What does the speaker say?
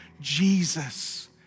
Jesus